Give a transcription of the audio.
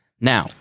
Now